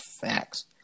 Facts